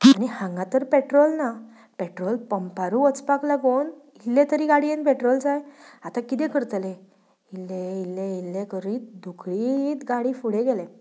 आनी हांगा तर पॅट्रॉल ना पॅट्रॉल पंपारू वचपाक लागून इल्लें तरी गाडयेन पॅट्रॉल जाय आतां किदें करतलें इल्लें इल्लें इल्लें करीत धुकळीत गाडी फुडें गेलें